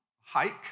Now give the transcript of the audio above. hike